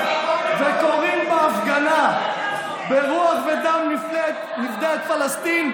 וקוראים בהפגנה: ברוח ודם נפדה את פלסטין,